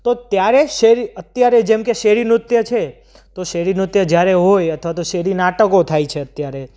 તો ત્યારે અત્યારે જેમ કે શેરી નૃત્ય છે તો શેરી નૃત્ય જ્યારે હોય અથવા તો શેરી નાટકો થાય છે અત્યારે